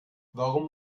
warum